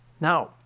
Now